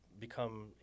become